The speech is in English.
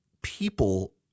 People